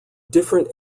different